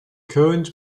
current